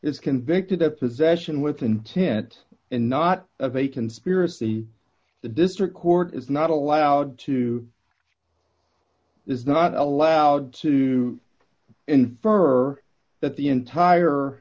is convicted of possession with intent and not of a conspiracy the district court is not allowed to is not allowed to infer that the entire